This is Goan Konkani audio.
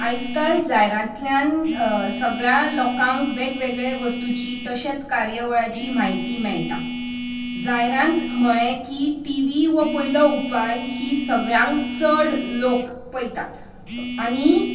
आयज काल जायरातींतल्यान सगळ्या लोकांक वेगवेगळे वस्तूची तशेंच कार्यावळाची म्हायती मेळटा जायरात म्हळें की टीवी हो पयलो उपाय ही सगळ्यांत चड लोक पळयतात आनी